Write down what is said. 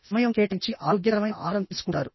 సమయం కేటాయించి ఆరోగ్యకరమైన ఆహారం తీసుకుంటారు